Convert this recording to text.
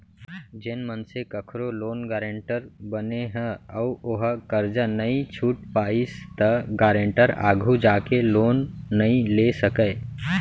जेन मनसे कखरो लोन गारेंटर बने ह अउ ओहा करजा नइ छूट पाइस त गारेंटर आघु जाके लोन नइ ले सकय